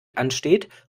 ansteht